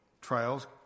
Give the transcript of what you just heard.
Trials